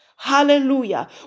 Hallelujah